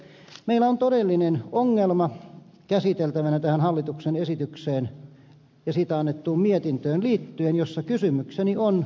elikkä meillä on todellinen ongelma käsiteltävänä tähän hallituksen esitykseen ja siitä annettuun mietintöön liittyen ja kysymykseni on